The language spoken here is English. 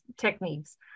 techniques